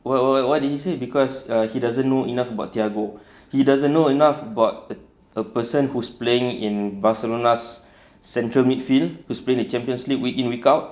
what what what did he say cause he doesn't know enough about thiago he doesn't know enough about a person who's playing in barcelona central midfield who's playing the champions league week in week out